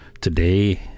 Today